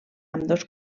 ambdós